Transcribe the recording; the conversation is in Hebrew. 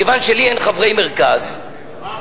כיוון שלי אין חברי מרכז, אז מה רע?